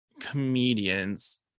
comedians